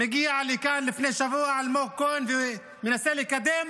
מגיע לכאן לפני שבוע אלמוג כהן ומנסה לקדם